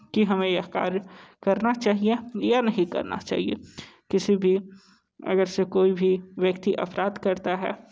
कि हमें यह कार्य करना चाहिए या नहीं करना चाहिए किसी भी अगर से कोई भी व्यक्ति अपराध करता है